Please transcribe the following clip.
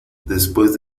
después